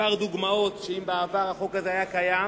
כמה דוגמאות למצבים שבהם אם בעבר החוק הזה היה קיים